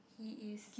he is